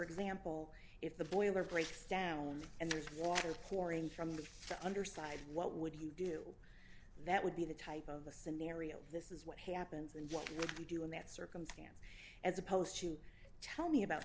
example if the boiler breaks down and there's water pouring from the underside what would you do that would be the type of the scenario this is what happens and what would you do in that circumstance as opposed to tell me about